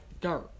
dirt